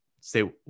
say